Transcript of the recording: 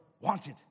wanted